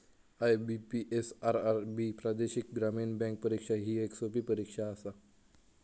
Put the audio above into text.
IBPS, RRB प्रादेशिक ग्रामीण bank परीक्षा ही येक सोपी परीक्षा आसा